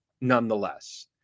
nonetheless